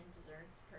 desserts